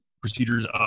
procedures